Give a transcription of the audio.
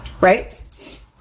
Right